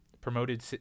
promoted